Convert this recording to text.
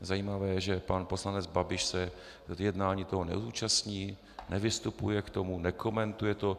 Zajímavé je, že pan poslanec Babiš se jednání neúčastní, nevystupuje k tomu, nekomentuje to.